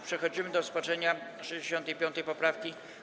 Przechodzimy do rozpatrzenia 65. poprawki.